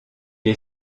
est